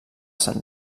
sant